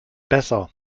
besser